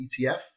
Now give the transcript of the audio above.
ETF